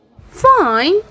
Fine